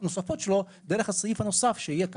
הנוספות שלו דרך הסעיף הנוסף שיהיה כאן,